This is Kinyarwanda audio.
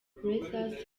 rhesus